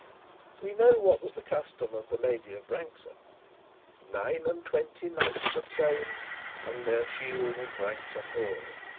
we know what was the custom of the lady of branksome nine and twenty knights of fame hung their shields in branksome hall.